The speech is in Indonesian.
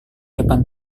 depan